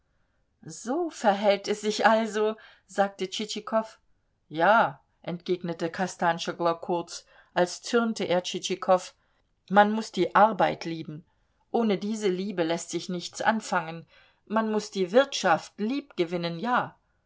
so verhält es sich also sagte tschitschikow ja entgegnete kostanschoglo kurz als zürnte er tschitschikow man muß die arbeit lieben ohne diese liebe läßt sich nichts anfangen man muß die wirtschaft liebgewinnen ja